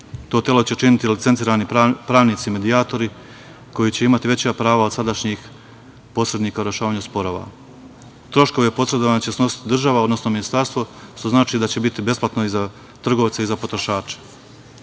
To telo će činiti licencirani pravnici medijatori koji će imati veća prava od sadašnjih posrednika u rešavanju sporova. Troškove posredovanja će snositi država, odnosno Ministarstvo što znači da će biti besplatno i za trgovce i za